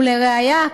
ולראיה,